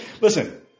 Listen